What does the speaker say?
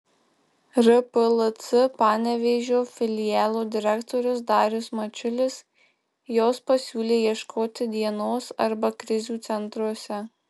rplc panevėžio filialo direktorius darius mačiulis jos pasiūlė ieškoti dienos arba krizių centruose